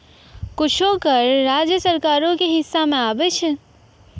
कुछो कर राज्य सरकारो के हिस्सा मे आबै छै